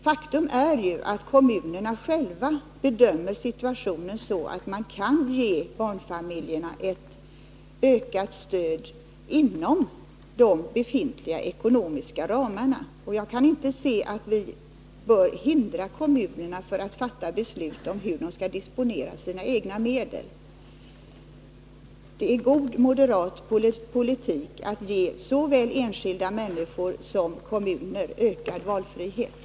Faktum är ju att kommunerna själva bedömer situationen så. att de kan ge barnfamiljerna ett ökat stöd inom de befintliga ekonomiska ramarna. Jag kan inte se att vi bör hindra kommunerna att fatta beslut om hur de skall disponera sina egna medel. Det är god moderat politik att ge såväl enskilda människor som kommuner ökad valfrihet.